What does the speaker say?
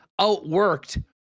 outworked